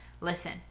listen